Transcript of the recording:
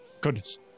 goodness